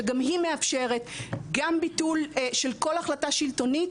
שגם היא מאפשרת גם ביטול של כל החלטה שלטונית,